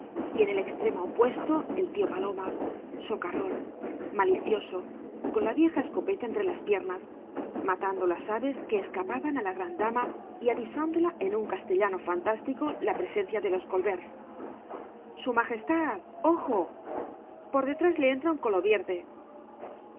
y en el extremo opuesto el tío paloma socarrón malicioso con la vieja escopeta entre las piernas matando las aves que escapaban á la gran dama y avisándola en un castellano fantástico la presencia de los collvérts su majestad ojo por detrás le entra un